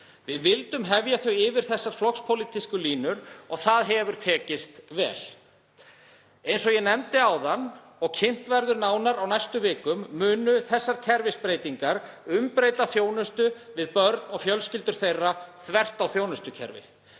Við vildum hefja þau yfir þessar flokkspólitísku línur og það hefur tekist vel. Eins og ég nefndi áðan og kynnt verður nánar á næstu vikum munu þessar kerfisbreytingar umbreyta þjónustu við börn og fjölskyldur þeirra þvert á þjónustukerfi.